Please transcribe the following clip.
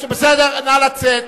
כמה רציתְ אותנו.